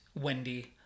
Wendy